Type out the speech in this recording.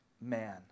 man